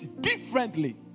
differently